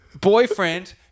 boyfriend